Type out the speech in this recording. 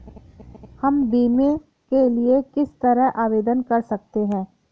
हम बीमे के लिए किस तरह आवेदन कर सकते हैं?